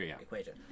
equation